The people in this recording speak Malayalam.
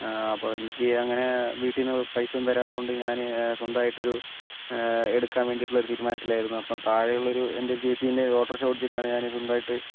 അപ്പോൾ എനിക്ക് അങ്ങനെ വീട്ടീന്ന് പൈസയൊന്നും തരാത്തതുകൊണ്ട് ഞാൻ സ്വന്തമായിട്ട് ഒരു എടുക്കാൻ വേണ്ടിയിട്ടുള്ള തീരുമാനത്തിലായിരുന്നു അപ്പോൾ താഴെയുള്ള എന്റെ ഒരു ചേച്ചീൻറ്റെ ഓട്ടോറിക്ഷ ഓടിച്ചിട്ടാണ് ഞാൻ സ്വന്തമായിട്ട്